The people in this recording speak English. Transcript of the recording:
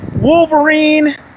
Wolverine